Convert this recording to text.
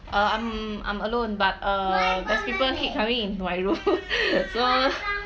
uh I'm I'm alone but err there's people keep coming into my room so